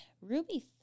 Ruby